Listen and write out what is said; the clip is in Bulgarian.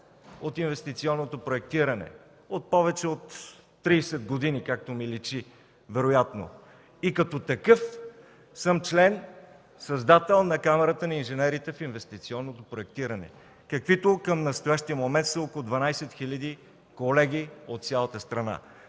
от инвестиционното проектиране от повече от 30 години, както ми личи вероятно, и като такъв съм член, създател на Камарата на инженерите в инвестиционното проектиране, каквито към настоящия момент са около 12 хиляди колеги от цялата страна,